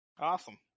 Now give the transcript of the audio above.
Awesome